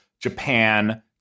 Japan